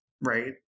Right